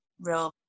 real